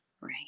Right